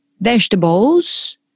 vegetables